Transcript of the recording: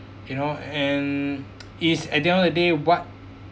you know and it's at the end of the day what